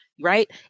right